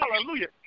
Hallelujah